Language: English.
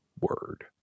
word